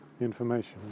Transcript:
information